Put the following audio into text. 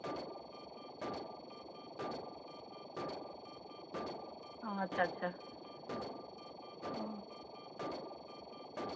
ᱚᱸᱻ ᱟᱪᱪᱷᱟ ᱟᱪᱪᱷᱟ ᱚᱸᱻ